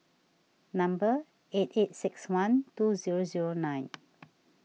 number eight eight six one two zero zero nine